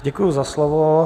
Děkuji za slovo.